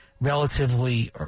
relatively